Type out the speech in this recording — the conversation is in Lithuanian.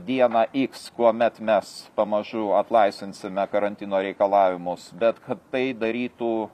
dieną iks kuomet mes pamažu atlaisvinsime karantino reikalavimus bet kad tai darytų